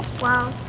well,